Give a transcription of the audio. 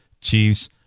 Chiefs